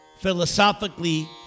philosophically